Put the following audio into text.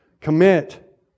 Commit